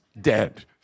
dead